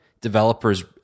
developers